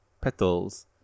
Petals